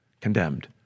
condemned